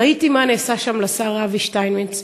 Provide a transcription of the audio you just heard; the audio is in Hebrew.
ראיתי מה נעשה שם לשר יובל שטייניץ,